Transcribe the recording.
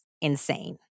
insane